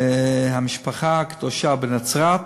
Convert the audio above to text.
"המשפחה הקדושה" בנצרת,